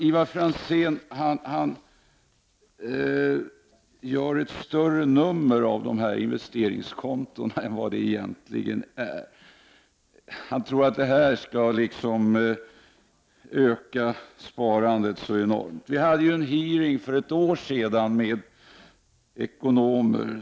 Ivar Franzén gör ett större nummer av investeringskontona än vad som egentligen är fallet. Han tror att detta skall öka sparandet enormt. Vi hade för ett år sedan en hearing med ekonomer.